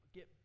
Get